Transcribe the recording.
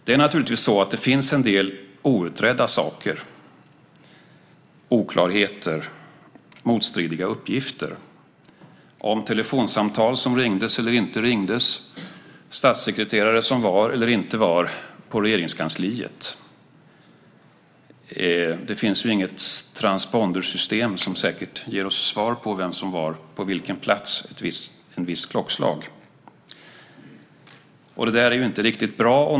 Det är naturligtvis så att det finns en del outredda saker, oklarheter och motstridiga uppgifter - om telefonsamtal som ringdes eller inte ringdes, om statssekreterare som var eller inte var på Regeringskansliet. Det finns inget transpondersystem som säkert ger oss svar på vem som var på vilken plats ett visst klockslag. Det där är inte riktigt bra.